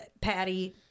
Patty